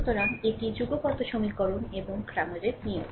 সুতরাং এটি যুগপত সমীকরণ এবং ক্র্যামারের নিয়ম